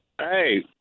Hey